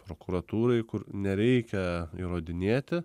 prokuratūrai kur nereikia įrodinėti